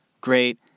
great